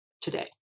today